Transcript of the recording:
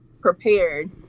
prepared